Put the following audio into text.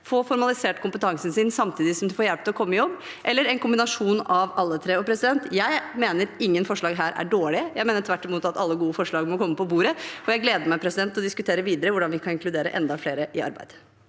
få formalisert kompetansen sin samtidig som de får hjelp til å komme i jobb – eller en kombinasjon av alle tre. Jeg mener ingen forslag her er dårlige. Jeg mener tvert imot at alle gode forslag må komme på bordet, og jeg gleder meg til å diskutere videre hvordan vi kan inkludere enda flere i arbeid.